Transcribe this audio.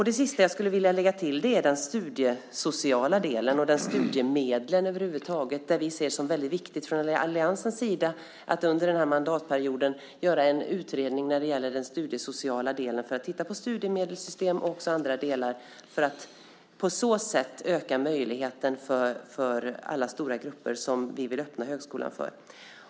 Det sista jag skulle vilja lägga till är den studiesociala delen och studiemedlen över huvud taget. Vi i alliansen ser det som väldigt viktigt att under den här mandatperioden göra en utredning av den studiesociala delen för att titta på studiemedelssystem och andra delar för att på så sätt öka möjligheten för alla stora grupper som vi vill öppna högskolan för.